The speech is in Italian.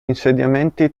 insediamenti